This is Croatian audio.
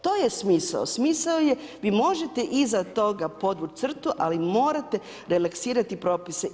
To je smisao, smisao je, vi možete iza toga podvući crtu ali morate relaksirati propise.